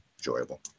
enjoyable